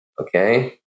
Okay